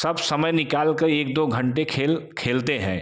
सब समय निकाल के एक दो घंटे खेल खेलते हैं